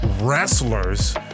wrestlers